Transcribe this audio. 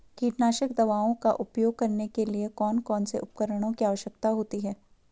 कीटनाशक दवाओं का उपयोग करने के लिए कौन कौन से उपकरणों की आवश्यकता होती है?